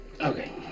Okay